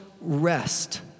rest